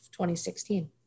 2016